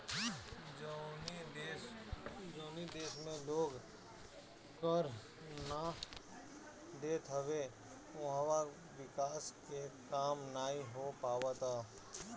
जवनी देस में लोग कर ना देत हवे उहवा विकास के काम नाइ हो पावत हअ